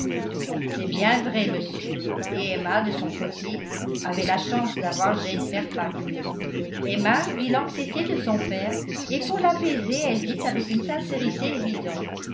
c'est bien vrai monsieur et emma de son côté avait la chance d'avoir jane fairfax emma vit l'anxiété de son père et pour l'apaiser elle dit avec une sincérité évidente